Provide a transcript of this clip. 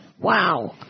wow